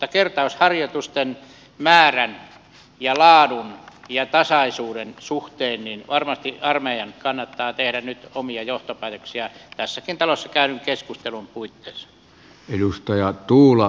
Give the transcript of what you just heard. mutta kertausharjoitusten määrän ja laadun ja tasaisuuden suhteen varmasti armeijan kannattaa tehdä nyt omia johtopäätöksiä tässäkin talossa käydyn keskustelun puitteissa